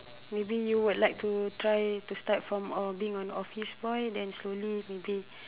maybe you would like to try to start from uh being an office boy then slowly maybe